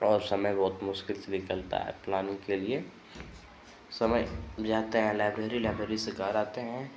और समय बहुत मुश्किल से निकलता है प्लानिन्ग के लिए समय से जाते हैं लाइब्रेरी लाइब्रेरी से घर आते हैं